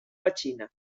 petxina